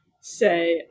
say